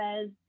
says